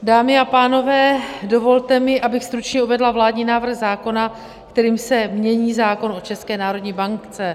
Dámy a pánové, dovolte mi, abych stručně uvedla vládní návrh zákona, kterým se mění zákon o České národní bance.